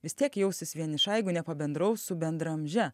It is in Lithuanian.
vis tiek jausis vieniša jeigu nepabendraus su bendraamže